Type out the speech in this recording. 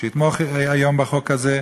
שיתמוך היום בחוק הזה,